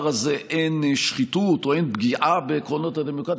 הזה אין שחיתות או אין פגיעה בעקרונות הדמוקרטיה,